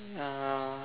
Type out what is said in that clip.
uh